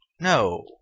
No